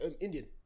Indian